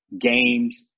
games